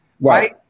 right